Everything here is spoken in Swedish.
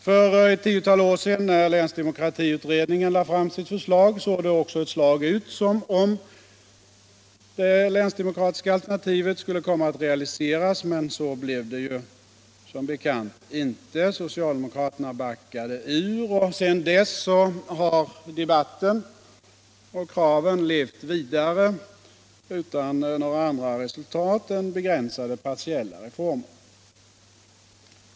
För ett tiotal år sedan när länsdemokratiutredningen lade fram sitt förslag såg det också ett tag ut som om det länsdemokratiska alternativet skulle komma att realiseras, men så blev det som bekant inte. Socialdemokraterna backade ur, och sedan dess har debatten och kraven levt vidare utan några andra resultat än begränsade partiella reformer.